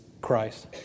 Christ